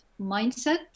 mindset